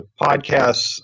podcasts